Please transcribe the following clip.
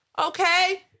Okay